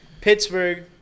Pittsburgh